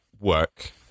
work